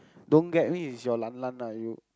don't get me is your lan lan lah you